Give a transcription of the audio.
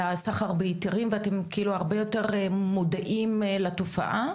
הסחר בהיתרים ואתם כאילו הרבה יותר מודעים לתופעה?